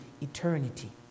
eternity